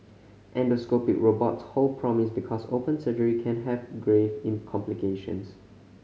endoscopic robots hold promise because open surgery can have grave in complications